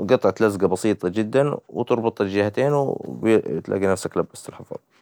هى قطعة لزق بسيطة جداً وبتربط الجهتين وبتلاقى نفسك لبست الحفاظة.